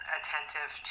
attentive